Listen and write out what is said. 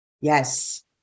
yes